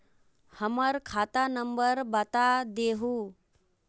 हमर खाता नंबर बता देहु?